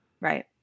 right